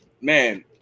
man